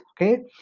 okay